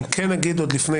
אני כן אגיד לפני